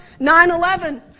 9-11